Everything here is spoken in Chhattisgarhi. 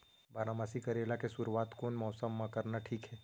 बारामासी करेला के शुरुवात कोन मौसम मा करना ठीक हे?